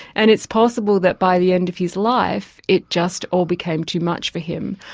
and it's possible that by the end of his life, it just all became too much for him.